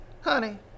Honey